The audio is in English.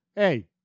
Hey